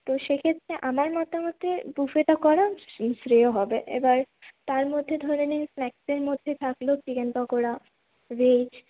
তো সেক্ষেত্রে আমার মতামতে বুফেটা করা শ্রেয় হবে এবার তার মধ্যে ধরে নিন স্ন্যাক্সের মধ্যে থাকল চিকেন পকোড়া ভেজ